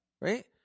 Right